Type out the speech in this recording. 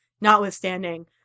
notwithstanding